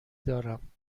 دارم